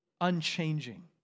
unchanging